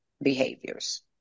behaviors